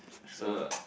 sure